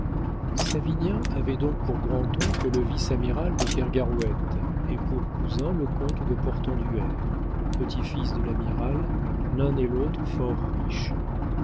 savinien avait donc pour grand-oncle le vice-amiral de kergarouët et pour cousin le comte de portenduère petit-fils de l'amiral l'un et l'autre fort riches